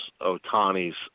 Otani's